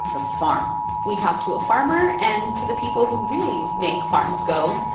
the farm we talked to a farmer and to the people who really make farms go,